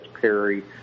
Perry